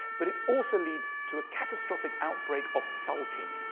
but it also leads to a catastrophic outbreak of sulking.